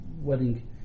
wedding